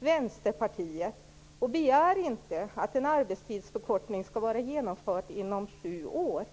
Vänsterpartiet och begär inte att en arbetstidsförkortning skall vara genomförd ens inom sju år.